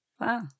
Wow